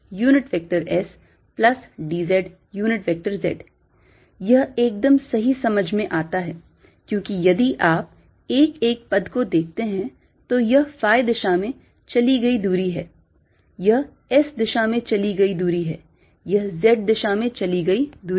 dlsdssdϕdssdzz यह एकदम सही समझ में आता है क्योंकि यदि आप एक एक पद को देखते हैं तो यह phi दिशा में चली गई दूरी है यह S दिशा में चली गई दूरी है यह Z दिशा में चली गई दूरी है